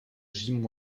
jim